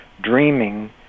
dreaming